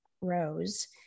rows